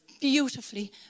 Beautifully